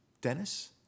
Dennis